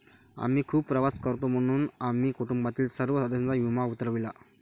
आम्ही खूप प्रवास करतो म्हणून आम्ही कुटुंबातील सर्व सदस्यांचा विमा उतरविला